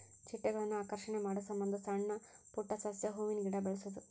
ಚಿಟ್ಟೆಗಳನ್ನ ಆಕರ್ಷಣೆ ಮಾಡುಸಮಂದ ಸಣ್ಣ ಪುಟ್ಟ ಸಸ್ಯ, ಹೂವಿನ ಗಿಡಾ ಬೆಳಸುದು